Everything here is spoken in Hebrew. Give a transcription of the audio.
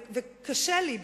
וקשה לי,